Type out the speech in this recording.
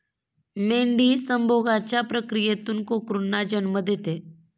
मेंढी संभोगाच्या प्रक्रियेतून कोकरूंना जन्म देते